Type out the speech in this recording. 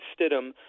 Stidham